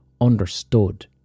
understood